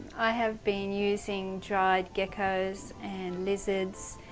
i have been using dried geckos and lizards,